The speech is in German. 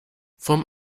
vom